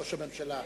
ראש הממשלה.